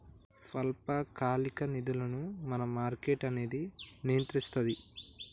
స్వల్పకాలిక నిధులను money market అనేది నియంత్రిస్తది